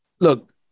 look